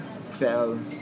fell